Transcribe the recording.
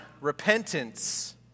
repentance